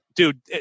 dude